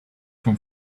from